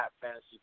Fantasy